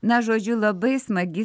na žodžiu labai smagi